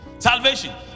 Salvation